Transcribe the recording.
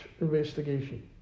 investigation